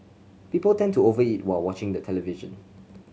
people tend to over eat while watching the television